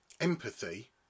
empathy